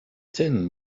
tin